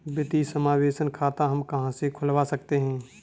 वित्तीय समावेशन खाता हम कहां से खुलवा सकते हैं?